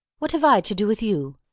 what have i to do with you?